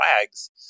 flags